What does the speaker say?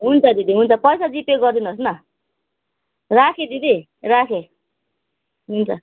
हुन्छ दिदी हुन्छ पैसा जिपे गरिदिनुहोस् न राखेँ दिदी राखेँ हुन्छ